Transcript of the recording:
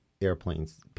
airplanes